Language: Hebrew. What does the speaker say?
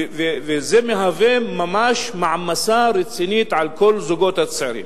וזה מהווה ממש מעמסה רצינית על כל הזוגות הצעירים.